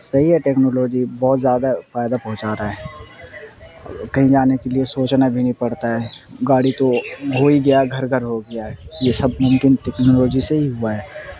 صحیح ہے ٹیکنالوجی بہت زیادہ فائدہ پہنچا رہا ہے کہیں جانے کے لیے سوچنا بھی نہیں پڑتا ہے گاڑی تو ہو ہی گیا گھر بھر ہو گیا ہے یہ سب ممکن ٹیکنالوجی سے ہی ہوا ہے